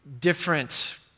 different